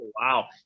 wow